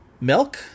Milk